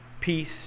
peace